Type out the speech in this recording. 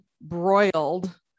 broiled